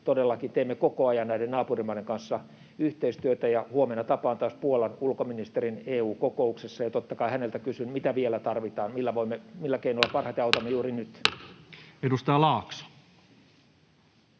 teemme koko ajan näiden naapurimaiden kanssa yhteistyötä. Huomenna tapaan taas Puolan ulkoministerin EU-kokouksessa, ja totta kai häneltä kysyn, mitä vielä tarvitaan, millä keinoilla